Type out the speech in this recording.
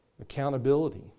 accountability